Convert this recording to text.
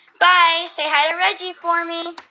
bye. say hi to reggie for me